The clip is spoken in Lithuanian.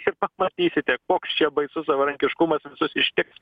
ir pamatysite koks čia baisus savarankiškumas visus ištiks